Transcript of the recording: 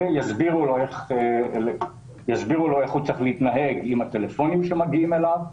ויסבירו לו איך הוא צריך להתנהג עם הטלפונים שמגיעים אליו,